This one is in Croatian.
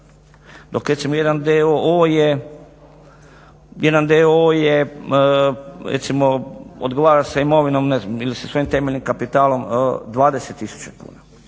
jedan d.o.o. odgovara sa imovinom ili sa svojim temeljnim kapitalom 20000 kuna.